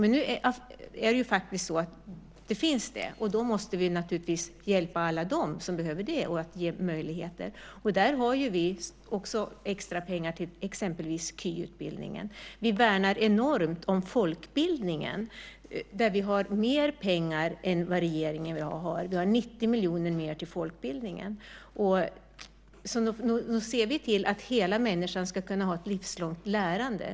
Men nu finns den, och då måste vi naturligtvis hjälpa alla dem som behöver gå där och ge dem den möjligheten. Vi har också anslagit extrapengar exempelvis till den kvalificerade yrkesutbildningen. Vi värnar mycket om folkbildningen. Där har vi anslagit mer pengar än regeringen; vi ger 90 miljoner mer till folkbildningen. Så nog ser vi till att hela människan ska kunna ha ett livslångt lärande.